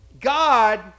God